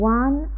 one